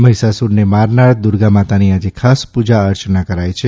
મહિષાસુરને મારનાર દુર્ગા માતાની આજે ખાસ પુજા અર્ચના કરાય છે